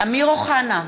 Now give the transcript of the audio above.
אמיר אוחנה,